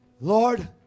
Lord